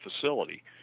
facility